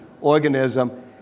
organism